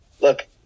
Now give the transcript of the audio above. look